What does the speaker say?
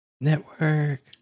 network